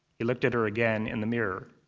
he looked at her again in the mirror.